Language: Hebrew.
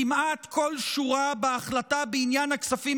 כמעט כל שורה בהחלטה בעניין הכספים